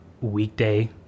weekday